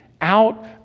out